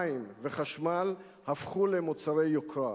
מים וחשמל הפכו למוצרי יוקרה.